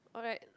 alright